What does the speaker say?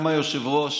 גם ליושב-ראש